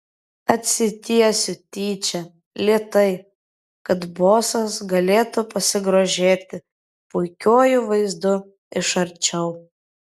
atsitiesiu tyčia lėtai kad bosas galėtų pasigrožėti puikiuoju vaizdu iš arčiau